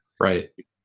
right